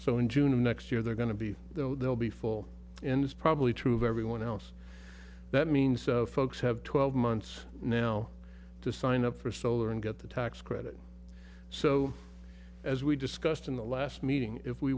so in june of next year they're going to be though they'll be full and it's probably true of everyone else that means folks have twelve months now to sign up for solar and get the tax credit so as we discussed in the last meeting if we